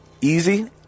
easy